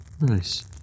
Nice